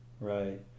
Right